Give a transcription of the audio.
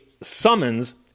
summons